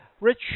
Rich